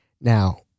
Now